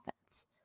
offense